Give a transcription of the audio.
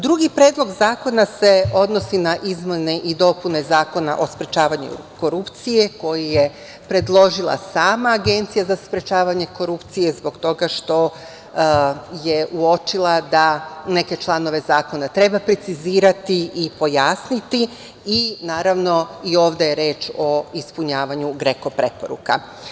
Drugi predlog zakona se odnosi na izmene i dopune Zakona o sprečavanju korupcije, koji je predložila sama Agencija za sprečavanje korupcije zbog toga što je uočila da neke članove zakona treba precizirati i pojasniti, i naravno i ovde je reč o ispunjavanju GREKO preporuka.